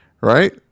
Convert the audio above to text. Right